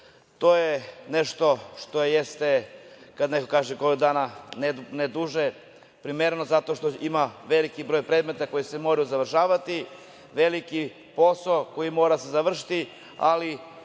To je nešto što jeste, kad neko kaže godinu dana, ne duže, primereno zato što ima veliki broj predmeta koji se moraju završavati, veliki posao koji mora da se završi, ali